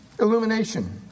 Illumination